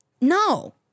No